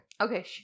Okay